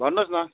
भन्नुहोस् न